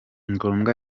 ngombwa